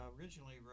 originally